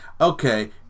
okay